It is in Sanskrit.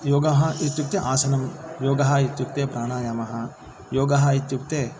योगः इत्युक्ते आसनं योगः इत्युक्ते प्राणायामः योगः इत्युक्ते